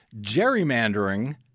gerrymandering